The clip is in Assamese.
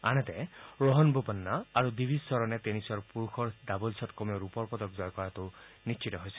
আনহাতে ৰোহান বোপান্না আৰু দিৱিজ চৰণে টেনিছৰ পুৰুষৰ ডাবল্ছত কমেও ৰূপৰ পদক জয় কৰাটো নিশ্চিত হৈছে